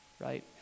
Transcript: right